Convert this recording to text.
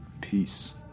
Peace